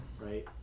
Right